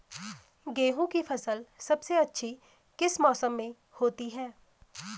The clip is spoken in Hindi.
गेहूँ की फसल सबसे अच्छी किस मौसम में होती है